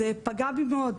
זה פגע בי מאוד,